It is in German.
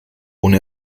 ohne